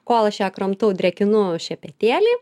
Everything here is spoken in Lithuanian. kol aš ją kramtau drėkinu šepetėlį